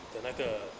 的那个